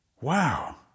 Wow